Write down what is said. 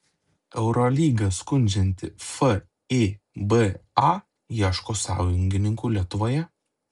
eurolygą skundžianti fiba ieško sąjungininkų lietuvoje